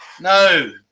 no